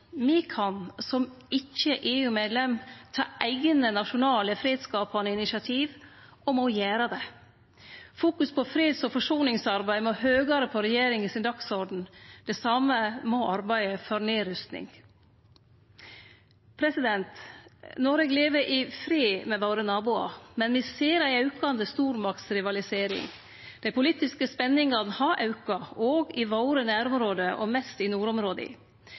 kan, som ikkje EU-medlem, ta eigne nasjonale fredsskapande initiativ, og må gjere det. Fokus på freds- og forsoningsarbeid må høgare på regjeringa sin dagsorden. Det same må arbeidet for nedrusting. Noreg lever i fred med sine naboar, men me ser ei aukande stormaktsrivalisering. Dei politiske spenningane har auka òg i våre nærområde og mest i nordområda.